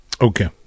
Okay